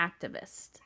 activist